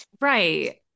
right